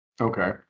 Okay